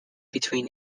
between